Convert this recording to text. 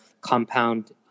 compound